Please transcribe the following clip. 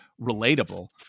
relatable